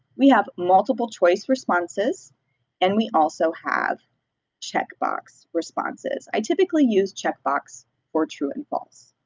we have multiple choice responses and we also have checkbox responses. i typically use checkbox or true and false.